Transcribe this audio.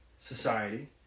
society